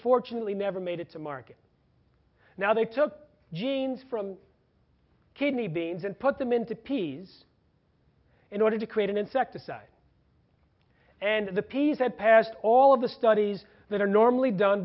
fortunately never made it to market now they took genes from kidney beans and put them into pieces in order to create an insecticide and the peas had passed all of the studies that are normally done